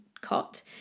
cot